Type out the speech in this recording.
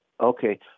Okay